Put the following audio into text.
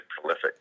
prolific